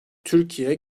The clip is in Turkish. türkiye